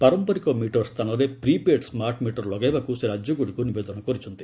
ପାରମ୍ପରିକ ମିଟର ସ୍ଥାନରେ prepaid smart meter ଲଗାଇବାକୁ ସେ ରାଜ୍ୟଗୁଡ଼ିକୁ ନିବେଦନ କରିଛନ୍ତି